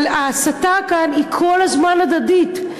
אבל ההסתה כאן היא כל הזמן הדדית,